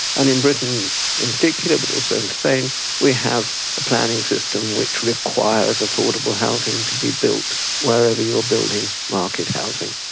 and in britain in particular but also in spain we have a planning system which requires affordable housing to be built wherever you are building market housing.